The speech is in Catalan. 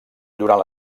durant